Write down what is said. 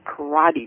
karate